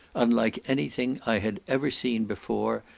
unlike anything i had ever seen before,